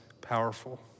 powerful